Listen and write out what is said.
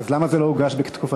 אז למה זה לא הוגש בתקופתך?